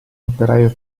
operaio